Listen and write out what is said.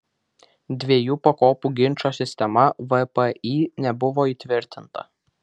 dviejų pakopų ginčo sistema vpį nebuvo įtvirtinta